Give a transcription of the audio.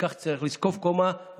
וכך צריך לזקוף קומה.